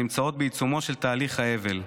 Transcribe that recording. הנמצאות בעיצומו של תהליך האבל,